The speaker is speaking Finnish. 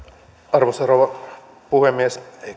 arvoisa rouva puhemies